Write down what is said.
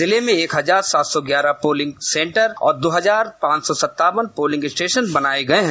जिले में एक हजार सात सौ ग्यारह पोलिंग सेंटर और दो हजार पांच सौ सत्तावन पोलिंग स्टेशन बनाये गए हैं